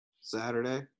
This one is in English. Saturday